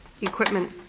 equipment